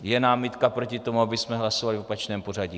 Je námitka proti tomu, abychom hlasovali v opačném pořadí?